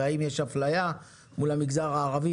והאם יש אפליה מול המגזר הערבי.